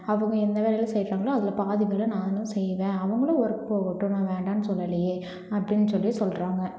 அவங்க எந்த வேலையெல்லாம் செய்யறாங்களோ அதில் பாதி வேலை நானும் செய்வேன் அவங்களும் ஒர்க் போகட்டும் நான் வேண்டானு சொல்லலையே அப்படின்னு சொல்லி சொல்கிறாங்க